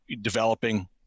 developing